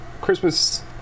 Christmas